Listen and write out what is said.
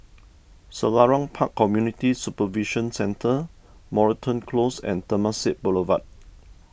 Selarang Park Community Supervision Centre Moreton Close and Temasek Boulevard